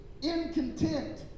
incontent